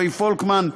רועי פולקמן,